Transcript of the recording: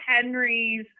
Henry's